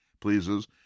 pleases